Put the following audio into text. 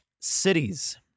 cities